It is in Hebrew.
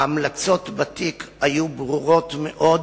ההמלצות בתיק היו ברורות מאוד,